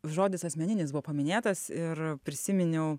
žodis asmeninis buvo paminėtas ir prisiminiau